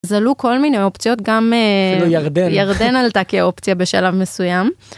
אז עלו כל מיני אופציות, גם אה.. אפילו ירדן. ירדן גם עלתה כאופציה בשלב מסוים.